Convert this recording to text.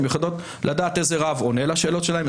הן יכולות לדעת איזה רב עונה לשאלות שלהן,